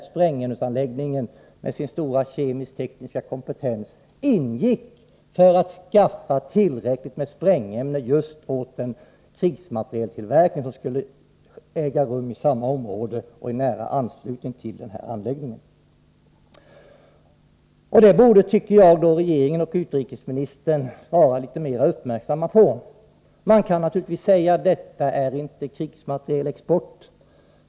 Sprängämnesanläggningen, med sin stora kemisk-tekniska kompetens, ingick för att skaffa tillräckligt med sprängämne just åt den krigsmaterieltillverkning som skulle äga rum i samma område och i nära anslutning till denna anläggning. Det borde regeringen och utrikesministern vara litet mer uppmärksamma på. Man kan naturligtvis säga att detta inte är krigsmaterielexport.